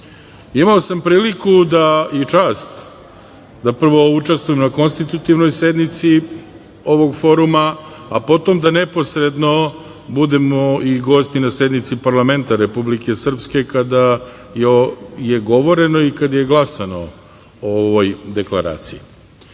sam priliku i čast da prvo učestvujem na Konstitutivnoj sednici Foruma, a potom da neposredno budemo i gosti na sednici parlamenta Republike Srpske kada je govoreno i kada se glasalo o ovoj Deklaraciji.